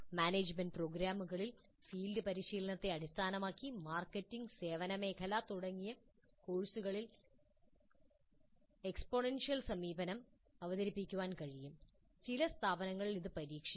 management പ്രോഗ്രാമുകളിൽ field പരിശീലനത്തെ അടിസ്ഥാനമാക്കി മാർക്കറ്റിംഗ് സേവന മേഖല തുടങ്ങിയ കോഴ്സുകളിൽ എക്സ്പോണൻഷ്യൽ സമീപനം അവതരിപ്പിക്കാൻ കഴിയും ചില സ്ഥാപനങ്ങൾ ഇത് പരീക്ഷിച്ചു